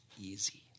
easy